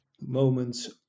moments